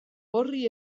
horri